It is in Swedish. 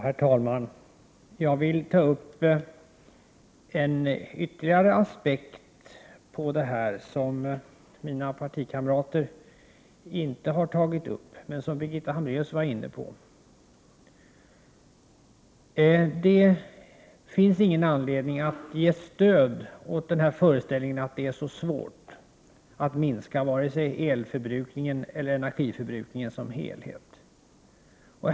Herr talman! Jag vill ta upp en ytterligare aspekt, som mina partikamrater inte har tagit upp men som Birgitta Hambraeus var inne på. Det finns ingen anledning att ge stöd åt föreställningen att det är så svårt att minska vare sig elförbrukningen eller energiförbrukningen som helhet.